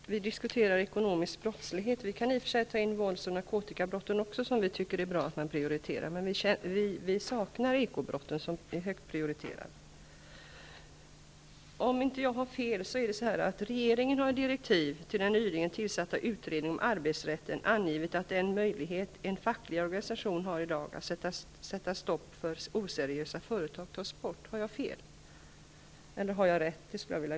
Fru talman! Vi diskuterar ekonomisk brottslighet. Vi kan i och för sig också diskutera vålds och narkotikabrotten, som vi tycker att det är bra att man prioriterar. Men vi saknar ekobrotten som är högt prioriterade. Om jag inte är felunderrättad har regeringen i direktiv till den nyligen tillsatta utredningen om arbetsrätten angivit att den möjlighet en facklig organisation har i dag att sätta stopp för oseriösa företag tas bort. Har jag rätt eller fel?